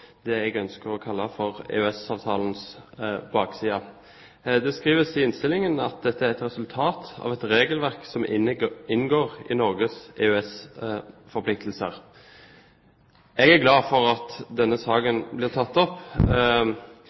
det jeg ønsker å kalle EØS-avtalens bakside. Det skrives i innstillingen at dette er resultat av et regelverk som inngår i Norges EØS-forpliktelser. Jeg er glad for at denne saken blir tatt opp,